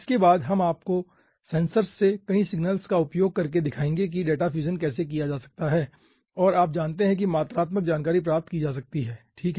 इसके बाद हम आपको सेंसर से कई सिग्नल्स का उपयोग करके दिखाएंगे कि डेटा फ्यूजन कैसे किया जा सकता है और आप जानते हैं कि मात्रात्मक जानकारी प्राप्त की जा सकती है ठीक है